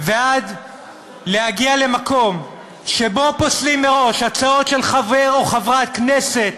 ועד להגיע למקום שבו פוסלים מראש הצעות של חבר או חברת כנסת